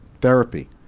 therapy